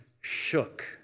shook